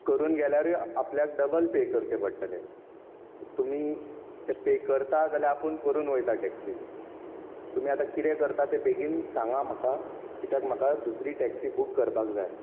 करून गेल्यारूय आ आपल्याक डबल पे करचे पडटले सो तुमी ते पे करता जाल्यार आपूण करून वयता टैक्सी तुमी आता कितें करता ते बेगीन सांगा म्हाका कित्याक म्हाका दुसरीय टैक्सी बुक करपाक जाय